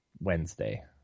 Wednesday